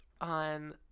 on –